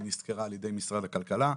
היא נשכרה על ידי משרד הכלכלה,